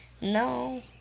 No